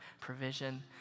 provision